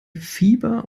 fieber